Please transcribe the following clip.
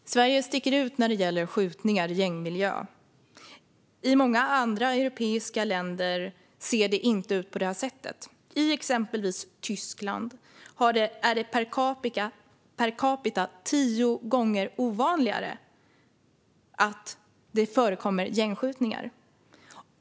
Fru talman! Sverige sticker ut när det gäller skjutningar i gängmiljö. I många andra europeiska länder ser det inte ut på detta sätt. I exempelvis Tyskland är det per capita en tiondel så vanligt att det förekommer gängskjutningar. Fru talman!